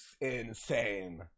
insane